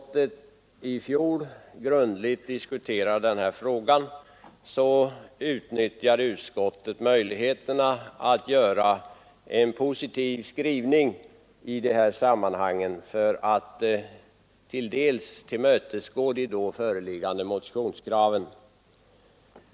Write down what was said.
Vid fjolårets grundliga diskussion av frågan utnyttjade utskottet möjligheterna att göra en positiv skrivning för att till dels tillmötesgå de då föreliggande motionskraven.